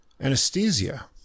anesthesia